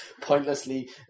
pointlessly